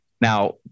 Now